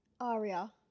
Aria